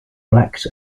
blacks